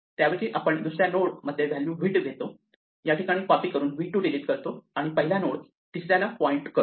त्याऐवजी आपण दुसऱ्या नोड मध्ये व्हॅल्यू v 2 घेतो या ठिकाणी कॉपी करून v 2 डिलीट करतो आणि पहिला नोड तिसऱ्याला पॉईंट करतो